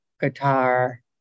guitar